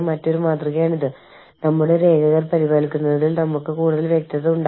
ആസ്ഥാനത്ത് നിന്ന് ആളുകൾ വന്ന് യഥാർത്ഥത്തിൽ എന്താണ് സംഭവിക്കുന്നതെന്ന് കാണാൻ അവർ ആഗ്രഹിക്കുന്നു